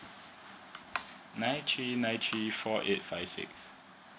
nine three nine three four eight five six